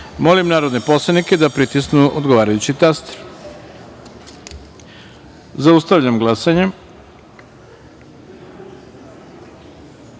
narodne poslanike da pritisnu odgovarajući taster. Zaustavljam glasanje: